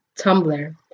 Tumblr